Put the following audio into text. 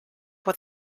with